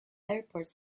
airport